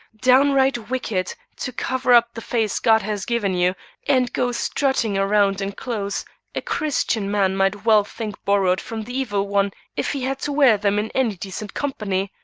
downright wicked to cover up the face god has given you and go strutting around in clothes a christian man might well think borrowed from the evil one if he had to wear them in any decent company.